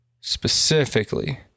specifically